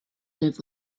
live